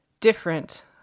different